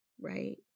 right